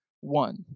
one